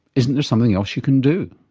isn't there something else you can do?